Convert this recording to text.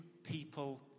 People